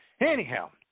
Anyhow